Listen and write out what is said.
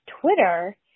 Twitter